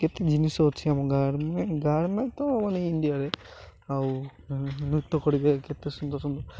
କେତେ ଜିନିଷ ଅଛି ଆମ ଗାଁ ଗାଁରେ ତ ମାନେ ଇଣ୍ଡିଆରେ ଆଉ ନୃତ୍ୟ କରିବ କେତେ ସୁନ୍ଦର ସୁନ୍ଦର